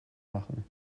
machen